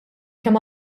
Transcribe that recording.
kemm